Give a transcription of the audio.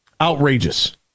outrageous